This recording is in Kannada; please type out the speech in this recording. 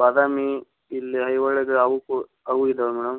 ಬಾದಾಮಿ ಇಲ್ಲಿ ಐಹೊಳೆದು ಅವ್ಕೆ ಅವು ಇದಾವೆ ಮೇಡಮ್